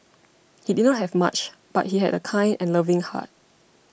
he did not have much but he had a kind and loving heart